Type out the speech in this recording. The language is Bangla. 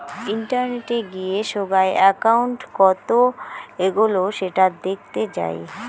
ইন্টারনেটে গিয়ে সোগায় একউন্ট কত এগোলো সেটা দেখতে যাই